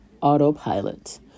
autopilot